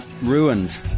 Ruined